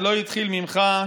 זה לא התחיל ממך.